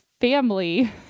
family